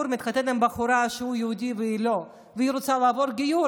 בחור מתחתן עם בחורה כשהוא יהודי והיא לא והיא רוצה לעבור גיור,